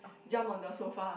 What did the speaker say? jump on the sofa